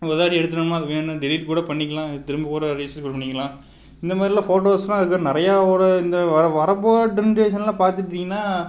ஒருவாட்டி எடுத்துட்டோம்னால் அது வேணான்னால் டெலிட் கூட பண்ணிக்கலாம் திரும்ப கூட ரீஸ்டோர் பண்ணிக்கலாம் இந்தமாதிரில்லாம் ஃபோட்டோஸெலாம் இருக்குது நிறைய ஒரு இந்த வர வரப்போகிற ஜென்ரேஷனில் பார்த்துட்டீங்கன்னா